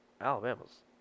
Alabama's